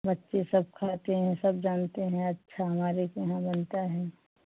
बच्चे सब खाते हैं सब जानते हैं अच्छा हमारे यहाँ बनती है